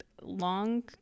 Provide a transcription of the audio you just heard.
long